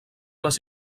les